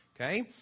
Okay